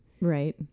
Right